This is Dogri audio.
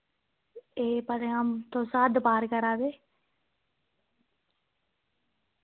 एह् भलेआं तुस हद्द पार करा दे